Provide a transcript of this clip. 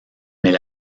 mais